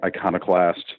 iconoclast